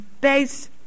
base